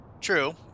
True